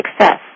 success